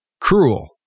cruel